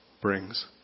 brings